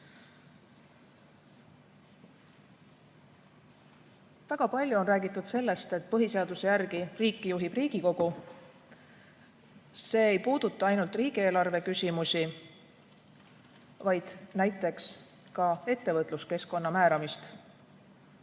Väga palju on räägitud, et põhiseaduse järgi juhib riiki Riigikogu. See ei puuduta ainult riigieelarveküsimusi, vaid näiteks ka ettevõtluskeskkonna määramist.